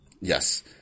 Yes